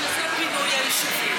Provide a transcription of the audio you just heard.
שזה פינוי היישובים.